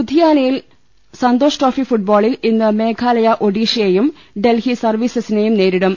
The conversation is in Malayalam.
ലുധിയാനയിൽ സന്തോഷ് ട്രോഫി ഫുട്ബോളിൽ ഇന്ന് മേഘാ ലയ ഒഡീഷയെയും ഡൽഹി സർവീസ്പസിനെയും നേരിടും